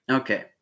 okay